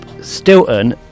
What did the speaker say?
Stilton